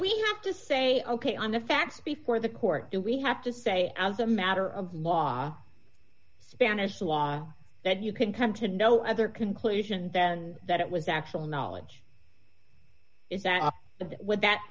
we have to say ok on the facts before the court we have to say as a matter of law spanish wine that you can come to no other conclusion than that it was actual knowledge is that what that